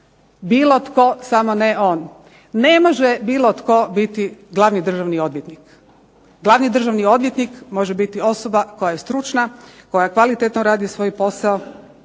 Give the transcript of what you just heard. bilo tko samo ne on. Ne može bilo tko biti glavni državni odvjetnik. Glavni državni odvjetnik može biti osoba koja je stručna, koja kvalitetno radi svoj posao